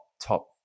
top